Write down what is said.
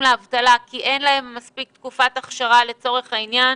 לאבטלה כי אין להם מספיק תקופת הכשרה לצורך העניין,